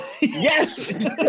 Yes